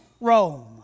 Rome